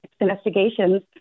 investigations